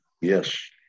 Yes